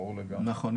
נכון.